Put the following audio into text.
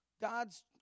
God's